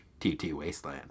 ttwasteland